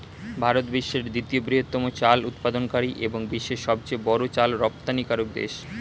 ভারত বিশ্বের দ্বিতীয় বৃহত্তম চাল উৎপাদনকারী এবং বিশ্বের সবচেয়ে বড় চাল রপ্তানিকারক দেশ